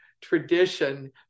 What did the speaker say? tradition